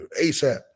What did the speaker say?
ASAP